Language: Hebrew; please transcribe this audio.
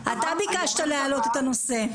אתה ביקשת להעלות את הנושא.